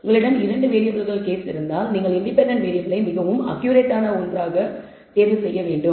உங்களிடம் 2 வேரியபிள்கள் கேஸ் இருந்தால் நீங்கள் இண்டிபெண்டன்ட் வேரியபிளை மிகவும் அக்கியூரேட்டான ஒன்றாக தேர்வு செய்ய வேண்டும்